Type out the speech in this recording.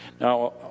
Now